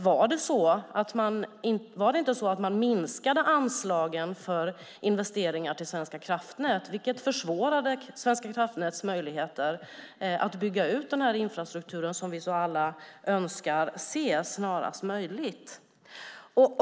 Var det inte så att man minskade anslagen för investeringar till Svenska kraftnät, vilket försvårade deras möjligheter att bygga ut den infrastruktur som vi alla önskar se så snart som möjligt?